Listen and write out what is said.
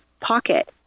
pocket